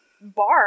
bar